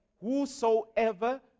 Whosoever